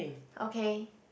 okay